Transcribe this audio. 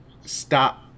Stop